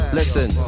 listen